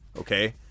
okay